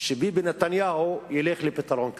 שביבי נתניהו ילך לפתרון כזה.